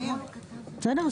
בסדר.